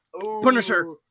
Punisher